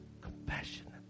compassionate